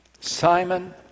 Simon